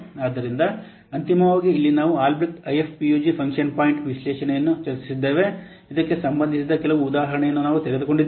ಆದ್ದರಿಂದ ಅಂತಿಮವಾಗಿ ಇಲ್ಲಿ ನಾವು ಆಲ್ಬ್ರೆಕ್ಟ್ ಐಎಫ್ಪಿಯುಜಿ ಫಂಕ್ಷನ್ ಪಾಯಿಂಟ್ ವಿಶ್ಲೇಷಣೆಯನ್ನು ಚರ್ಚಿಸಿದ್ದೇವೆ ಇದಕ್ಕೆ ಸಂಬಂಧಿಸಿದ ಕೆಲವು ಉದಾಹರಣೆಗಳನ್ನು ನಾವು ತೆಗೆದುಕೊಂಡಿದ್ದೇವೆ